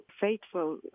faithful